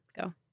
Go